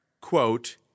Quote